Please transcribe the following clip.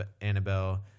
Annabelle